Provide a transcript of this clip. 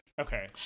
Okay